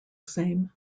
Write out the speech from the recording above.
same